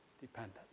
dependent